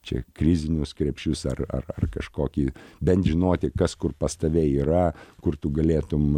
čia krizinius krepšius ar ar ar kažkokį bent žinoti kas kur pas tave yra kur tu galėtum